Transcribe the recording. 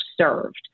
served